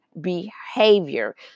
behavior